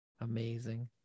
Amazing